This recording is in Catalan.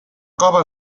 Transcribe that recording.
cova